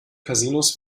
casinos